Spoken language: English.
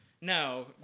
No